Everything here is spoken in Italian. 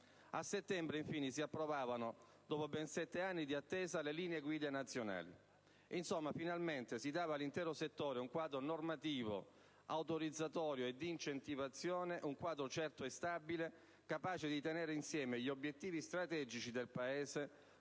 a settembre, infine, dopo ben sette anni di attesa, si approvavano invece le linee guida nazionali. Insomma, finalmente, si dava all'intero settore un quadro normativo, autorizzatorio e di incentivazione, un quadro certo e stabile, capace di tenere insieme gli obiettivi strategici del Paese